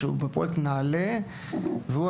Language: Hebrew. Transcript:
שנמצא בפרויקט נעלה ובתהליך קליטה בארץ,